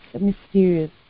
mysterious